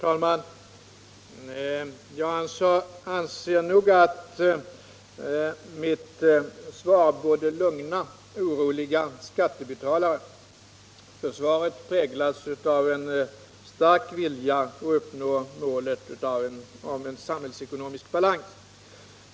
Herr talman! Jag anser att mitt svar borde lugna oroliga skattebetalare, eftersom det präglas av stark vilja att uppnå samhällsekonomisk balans.